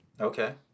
Okay